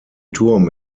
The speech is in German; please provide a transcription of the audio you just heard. turm